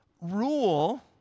rule